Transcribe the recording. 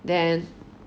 then